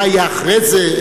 מה היה אחרי זה,